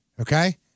Okay